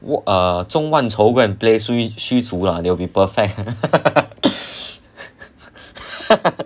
w~ err 钟万仇 go and play 虚虚祖 lah will be perfect